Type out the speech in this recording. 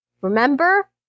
remember